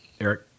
Eric